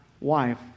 wife